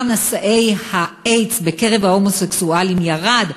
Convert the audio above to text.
נשאי האיידס בקרב ההומוסקסואלים ירד,